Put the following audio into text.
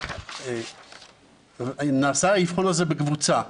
והאבחון נעשה בקבוצה.